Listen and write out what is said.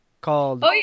called